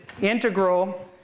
integral